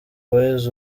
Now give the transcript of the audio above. boys